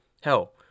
Hell